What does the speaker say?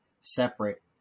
separate